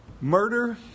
Murder